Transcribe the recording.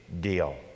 deal